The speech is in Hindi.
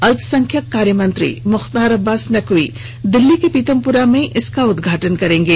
अल्पसंख्यक कार्य मंत्री मुख्तार अब्बाास नकवी दिल्ली के पीतमपुरा में इसका उदघाटन करेंगे